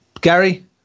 Gary